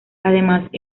además